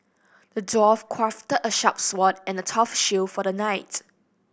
the dwarf crafted a sharp sword and a tough shield for the knight